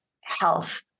health